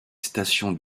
station